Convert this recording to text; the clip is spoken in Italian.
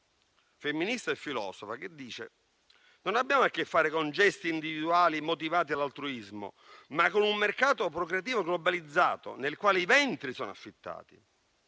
femminista e filosofo, dice che abbiamo a che fare non con gesti individuali motivati dall'altruismo, ma con un mercato procreativo globalizzato nel quale i ventri sono affittati.